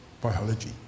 biology